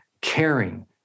caring